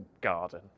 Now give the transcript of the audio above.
garden